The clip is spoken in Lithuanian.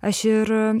aš ir